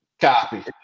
Copy